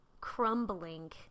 crumbling